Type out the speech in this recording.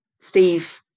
Steve